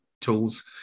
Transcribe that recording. tools